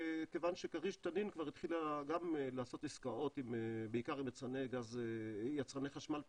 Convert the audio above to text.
כיוון שכריש תנין התחילה גם לעשות עסקאות בעיקר עם יצרני חשמל פרטי,